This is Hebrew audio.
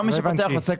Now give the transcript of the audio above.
למה לעשות הפוך?